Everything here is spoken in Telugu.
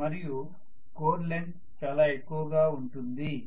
మరియు కోర్ లెంగ్త్ చాలా ఎక్కువగా ఉంటుంది